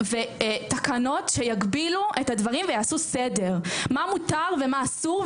ותקנות שיגבילו את הדברים ויעשו סדר מה מותר ומה אסור,